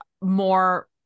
more